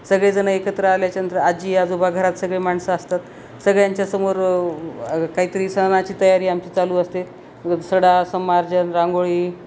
सगळेजणं एकत्र आल्याच्यानंतर आजी आजोबा घरात सगळे माणसं असतात सगळ्यांच्यासमोर काहीतरी सणाची तयारी आमची चालू असते सडासंमार्जन रांगोळी